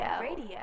Radio